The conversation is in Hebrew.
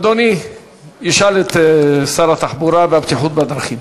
אדוני ישאל את שר התחבורה והבטיחות בדרכים.